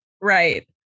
Right